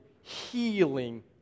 healing